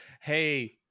hey